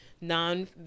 non